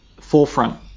forefront